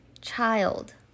Child